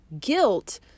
guilt